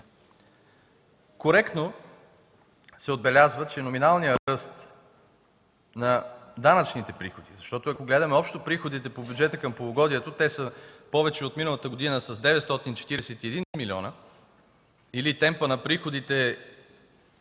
Коректно се отбелязва, че номиналният ръст на данъчните приходи, защото, ако гледаме общо приходите по бюджета към полугодието, те са повече от миналата година с 941 милиона, или темпът на приходите